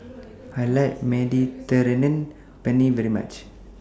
I like Mediterranean Penne very much